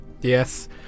Yes